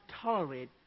tolerate